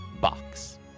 box